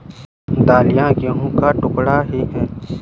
दलिया गेहूं का टुकड़ा ही है